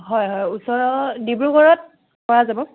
হয় হয় ওচৰৰ ডিব্ৰুগড়ত পৰা যাব